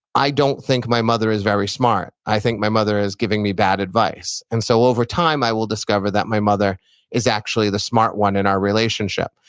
i don't think my mother is very smart. i think my mother is giving me bad advice. and so over time, i will discover that my mother is actually the smart one in our relationship.